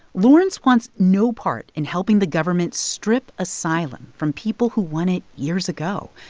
lawrence wants no part in helping the government strip asylum from people who won it years ago,